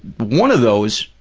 one of those,